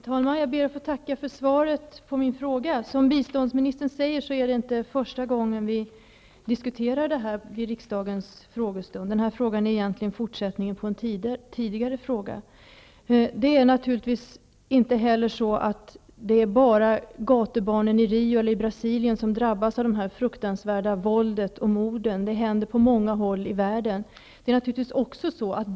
Herr talman! Jag ber att få tacka för svaret på min fråga. Som biståndsministern säger är det inte första gången vi diskuterar detta vid riksdagens frågestund. Den här frågan är egentligen fortsättning på en tidigare fråga. Det är naturligtvis inte bara gatubarnen i Rio och Brasilien som drabbas av detta fruktansvärda våld och dessa mord. Det händer på många håll i världen.